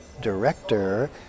director